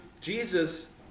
Jesus